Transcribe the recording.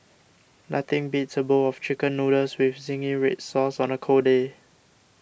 nothing beats a bowl of Chicken Noodles with Zingy Red Sauce on a cold day